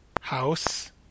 House